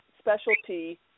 specialty